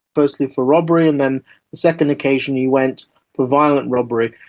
firstly for robbery, and then the second occasion he went for violent robbery,